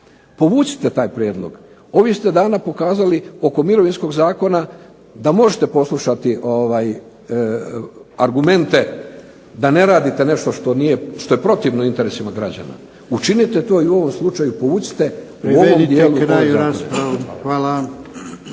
Povucite taj prijedlog, ovih ste dana pokazali oko Mirovinskog zakona da možete poslušati argumente, da ne radite nešto što je protivno interesima građana. Učinite to i u ovom slučaju, povucite...